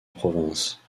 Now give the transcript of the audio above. province